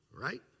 Right